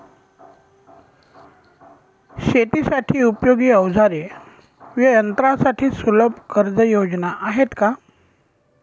शेतीसाठी उपयोगी औजारे व यंत्रासाठी सुलभ कर्जयोजना आहेत का?